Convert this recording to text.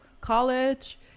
college